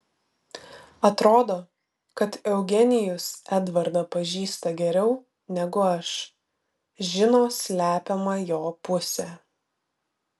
atrodo kad eugenijus edvardą pažįsta geriau negu aš žino slepiamą jo pusę